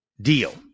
deal